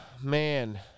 man